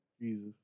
Jesus